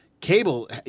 Cable